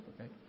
okay